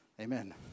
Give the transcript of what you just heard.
Amen